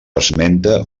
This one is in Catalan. esmenta